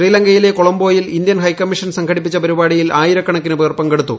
ശ്രീലങ്കയിലെ കൊളംബെയിൽ Indian high commission സംഘടിപ്പിച്ച പരിപാടിയിൽ ആയിരക്കണക്കിന് പേർ പങ്കെടുത്തു